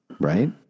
Right